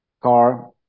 car